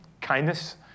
kindness